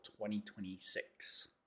2026